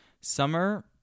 summer